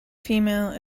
female